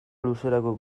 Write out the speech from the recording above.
luzerako